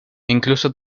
incluso